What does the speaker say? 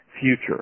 future